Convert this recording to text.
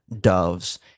doves